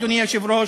אדוני היושב-ראש,